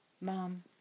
Mom